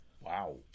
wow